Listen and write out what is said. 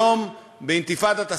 היום, באינתיפאדת הסכינים,